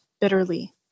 bitterly